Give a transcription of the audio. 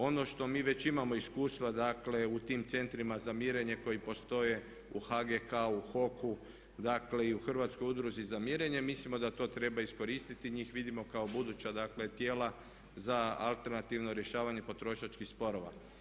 Ono što mi već imamo iskustva dakle u tim centrima za mirenje koji postoje u HGK-u, HOK-u dakle i u Hrvatskoj udruzi za mirenje mislimo da to treba iskoristiti, njih vidimo kako buduće dakle tijela za alternativno rješavanje potrošačkih sporova.